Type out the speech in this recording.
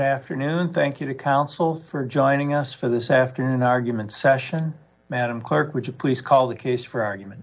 afternoon thank you to counsel for joining us for this afternoon argument session madam clark which is please call the case for argument